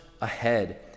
ahead